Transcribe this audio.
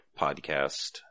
podcast